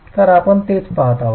तर आपण तेच पहात आहोत